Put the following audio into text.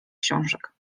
książek